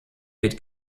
wird